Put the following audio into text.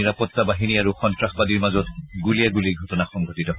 নিৰাপত্তা বাহিনী আৰু সন্ত্ৰাসবাদীৰ মাজত গুলীয়াগুলীৰ ঘটনা সংঘটিত হয়